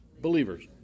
believers